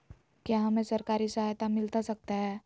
क्या हमे सरकारी सहायता मिलता सकता है?